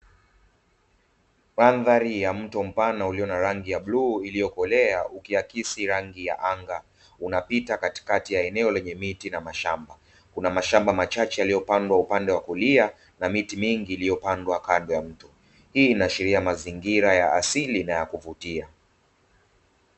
Mandhari ya mto mpana ulio na rangi ya bluu iliyokolea, ukiakisi rangi ya anga, unapita katikati ya eneo lenye miti na mashamba, kuna mashamba machache yaliyopandwa upande wa kulia na miti mingi iliyopandwa kando ya mto, hii inaashiria mazingira ya asili na ya kuvutia.